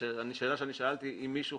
השאלה שאני שאלתי היא אם מישהו